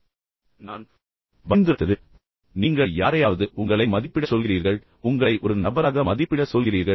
மேலும் நான் பரிந்துரைத்தது நீங்கள் யாரையாவது உங்களை மதிப்பிடச் சொல்கிறீர்கள் உங்களை ஒரு நபராக மதிப்பிட சொல்கிறீர்கள்